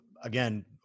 again